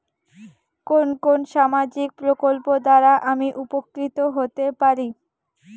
কোন কোন সামাজিক প্রকল্প দ্বারা আমি উপকৃত হতে পারি?